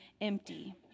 empty